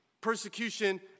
Persecution